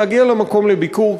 היא לבוא למקום לביקור,